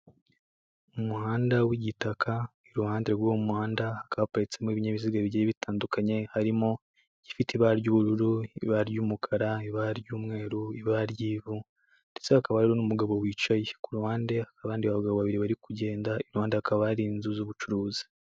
Ni umuhanda w'igitaka iruhande rw'umuhanda kaparitseho n'ibinyabiziga bigiye bitandukanye, harimo ibifite ibara ry'ubururu, ibara ry'umukara, ibara ry'umweru, ibara ry'ivu ndetse hakaba hari n'umugabo wicaye. Kuruhande hakaba n'abandi bagabo babiri barimo kugenda, iruhande hakaba hari inzu z'ubucuruzi.